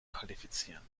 qualifizieren